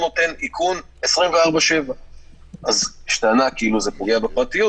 הוא נותן איכון 24/7. יש טענה כאילו זה פוגע בפרטיות.